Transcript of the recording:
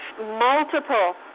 multiple